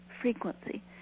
frequency